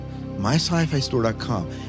MySciFiStore.com